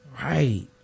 Right